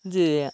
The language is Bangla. যে